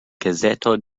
gazeto